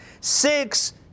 Six